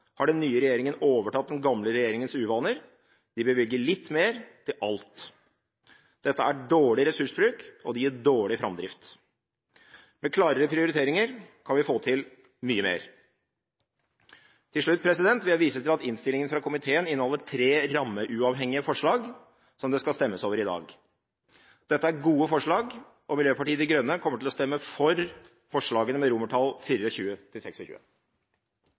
har den nye regjeringen overtatt den gamle regjeringens uvaner, de bevilger litt mer til alt. Dette er dårlig ressursbruk, og det gir dårlig framdrift. Med klarere prioriteringer kan vi få til mye mer. Til slutt vil jeg vise til at innstillingen fra komiteen inneholder tre rammeuavhengige forslag som det skal stemmes over i dag. Dette er gode forslag, og Miljøpartiet De Grønne kommer til å stemme for forslagene XXIV–XXVI. Det blir replikkordskifte. Aller først har jeg lyst til